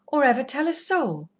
or ever tell a soul,